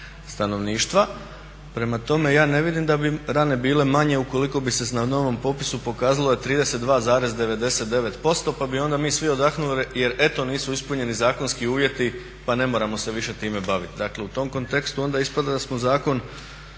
stanovništva. Prema tome ja ne vidim da bi rane bile manje ukoliko bi se na novom popisu pokazalo da je 32,99%, pa bi onda mi svi odahnuli jer eto nisu ispunjeni zakonski uvjeti pa ne moramo se više time baviti. Dakle u tom kontekstu onda ispada da smo zakon